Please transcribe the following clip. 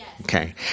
Okay